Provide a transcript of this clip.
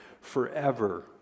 forever